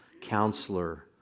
Counselor